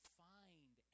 find